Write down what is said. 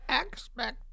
Expect